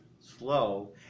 slow